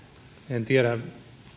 en tiedä